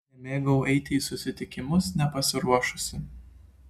nemėgau eiti į susitikimus nepasiruošusi